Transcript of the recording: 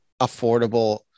affordable